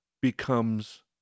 becomes